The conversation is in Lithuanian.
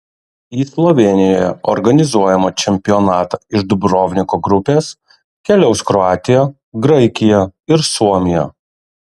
į slovėnijoje organizuojamą čempionatą iš dubrovniko grupės keliaus kroatija graikija ir suomija